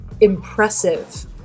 impressive